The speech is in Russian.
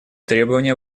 требование